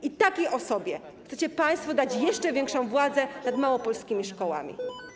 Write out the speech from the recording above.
I takiej osobie chcecie państwo dać jeszcze większą władzę nad małopolskimi szkołami?